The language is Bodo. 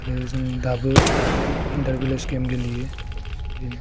आरो जों दाबो इन्टार भिलेस गेम गेलेयो जों